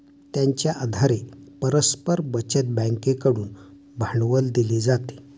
त्यांच्या आधारे परस्पर बचत बँकेकडून भांडवल दिले जाते